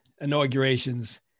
inaugurations